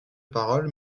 parole